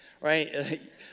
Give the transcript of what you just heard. Right